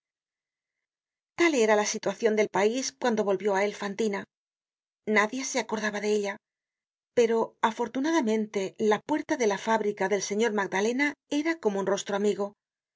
tal era la situacion del pais cuando volvió á él fantina nadie se acordaba de ella pero afortunadamente la puerta de la fábrica del señor magdalena era como un rostro amigo